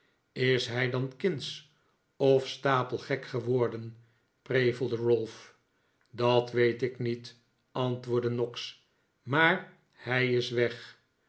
is hij dan kindsch of stapelgek geworden prevelde ralph dat weet ik niet antwoordde noggs maar hij is weg